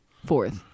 fourth